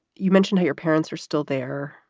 you mentioned how your parents are still there.